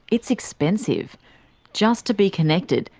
it's expensive just to be connected,